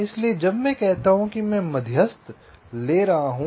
इसलिए जब मैं कहता हूं कि मैं एक मध्यस्थ ले रहा हूं